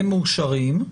הם מאושרים.